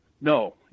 no